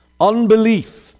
Unbelief